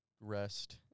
rest